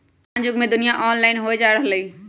वर्तमान जुग में दुनिया ऑनलाइन होय जा रहल हइ